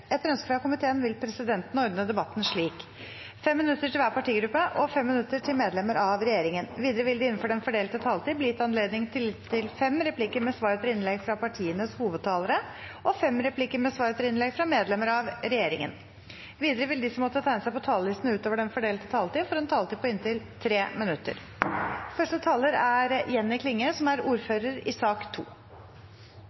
Etter ønske fra justiskomiteen vil presidenten ordne debatten slik: 5 minutter til hver partigruppe og 5 minutter til medlemmer av regjeringen. Videre vil det – innenfor den fordelte taletid – bli gitt anledning til inntil fem replikker med svar etter innlegg fra partienes hovedtalere og fem replikker med svar etter innlegg fra medlemmer av regjeringen. Videre vil de som måtte tegne seg på talerlisten utover den fordelte taletid, få en taletid på inntil 3 minutter. President! Som